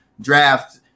draft